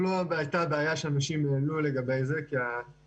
הייתה ירידה דרמטית ורובם חזרו לעבוד ברגע שאפשרנו להם.